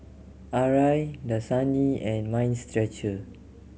Arai Dasani and Mind Stretcher